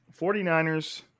49ers